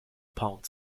pound